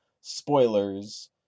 spoilers